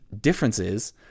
differences